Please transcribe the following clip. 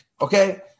okay